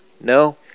No